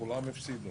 כולם הפסידו,